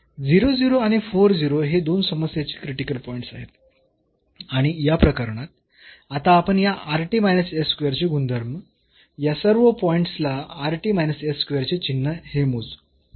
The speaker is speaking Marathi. आणि हे दोन समस्येचे क्रिटिकल पॉईंट्स आहेत आणि या प्रकरणात आता आपण या चे गुणधर्म या सर्व पॉईंट्स ला चे चिन्ह हे मोजू